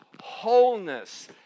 wholeness